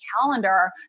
calendar